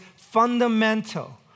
fundamental